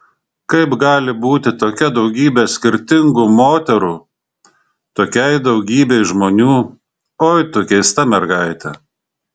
kaip gali būti tokia daugybe skirtingų moterų tokiai daugybei žmonių oi tu keista mergaite